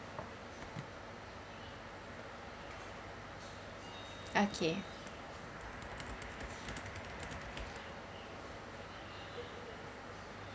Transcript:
okay